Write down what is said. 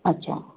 अच्छा